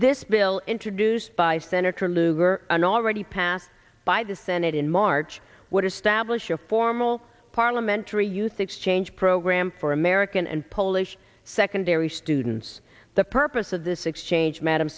this bill introduced by senator lugar and already passed by the senate in march what establish a formal parliamentary youth exchange program for american and polish secondary students the purpose of this exchange madam